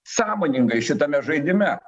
sąmoningai šitame žaidime